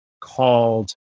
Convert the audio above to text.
called